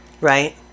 Right